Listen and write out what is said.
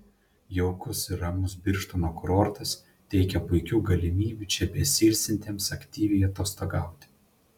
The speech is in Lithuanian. jaukus ir ramus birštono kurortas teikia puikių galimybių čia besiilsintiems aktyviai atostogauti